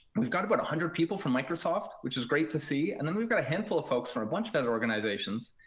we've got about one hundred people from microsoft, which is great to see. and then we've got a handful of folks from a bunch of other organizations.